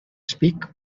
speak